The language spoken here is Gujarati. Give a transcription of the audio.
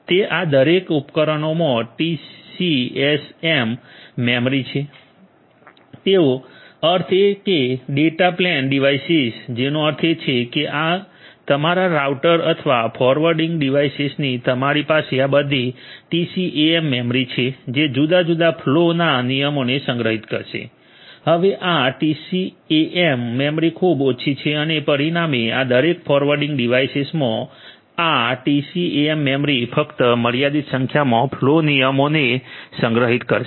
તે આ દરેક ઉપકરણોમાં ટીસીએએમ મેમરી છે તેનો અર્થ એ કે ડેટા પ્લેન ડિવાઇસીસ તેનો અર્થ એ કે તમારા રાઉટર અથવા ફોરવર્ડિંગ ડિવાઇસેસની તમારી પાસે આ બધી TCAM મેમરી છે જે જુદા જુદા ફલૉ ના નિયમોને સંગ્રહિત કરશે હવે આ ટીસીએએમ મેમરી ખૂબ ઓછી છે અને પરિણામે આ દરેક ફોરવર્ડિંગ ડિવાઇસમાં આ TCAM મેમરી ફક્ત મર્યાદિત સંખ્યામાં ફ્લો નિયમોને સંગ્રહિત કરશે